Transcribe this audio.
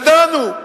ידענו,